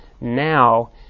Now